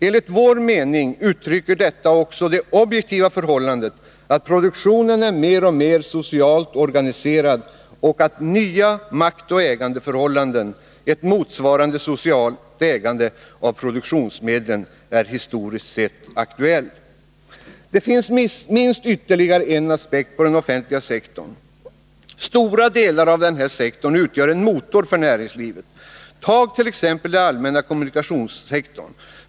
Enligt vår mening uttrycker detta också det objektiva förhållandet, att produktionen är mer och mer socialt organiserad och att nya maktoch ägandeförhållanden — ett motsvarande socialt ägande av produktionsmedlen — historiskt sett är aktuella. Det finns minst ytterligare en aspekt på den offentliga sektorn. Stora delar av denna sektor utgör en motor för näringslivet. Tag t.ex. den allmänna kommunikationssektorn.